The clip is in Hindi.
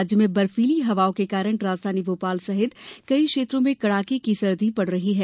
राज्य में बर्फीली हवाओं के कारण राजधानी भोपाल सहित कई क्षेत्रों में कडाके की सर्दी पड़ रही है